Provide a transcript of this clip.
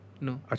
No